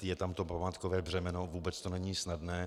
Je tam to pohádkové břemeno, vůbec to není snadné.